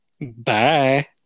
Bye